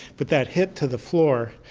but that hit to the floor,